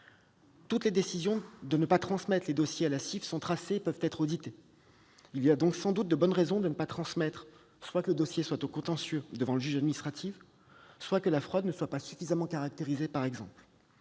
Toutes les décisions de ne pas transmettre les dossiers à la CIF sont tracées et peuvent être auditées. Il y a donc sans doute de bonnes raisons de ne pas transmettre, soit que le dossier soit au contentieux devant le juge administratif, soit que la fraude ne soit, par exemple, pas suffisamment caractérisée. Aucune